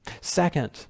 Second